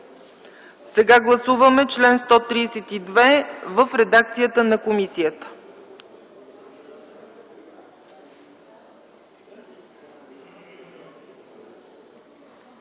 Сега гласуваме чл. 132 в редакцията на комисията.